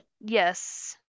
Yes